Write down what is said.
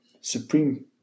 Supreme